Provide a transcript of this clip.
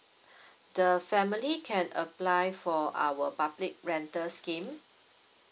the family can apply for our public rental scheme